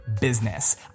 business